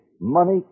Money